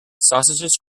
sausages